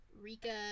Rika